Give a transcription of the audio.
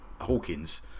Hawkins